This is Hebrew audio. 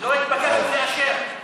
לא התבקשנו לאשר.